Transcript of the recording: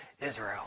Israel